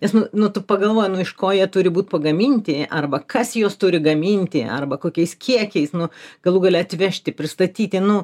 nes nu nu tu pagalvoji nu iš ko jie turi būt pagaminti arba kas juos turi gaminti arba kokiais kiekiais nu galų gale atvežti pristatyti nu